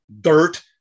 dirt